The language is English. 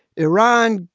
iran.